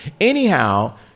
Anyhow